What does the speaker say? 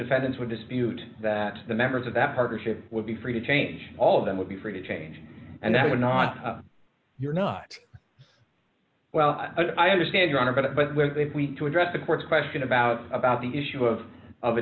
defendants would dispute that the members of that partnership would be free to change all of them would be free to change and that would not you're not well i understand your honor but when i think we need to address the court's question about about the issue of